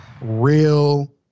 real